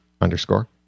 underscore